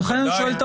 לכן אני שואל את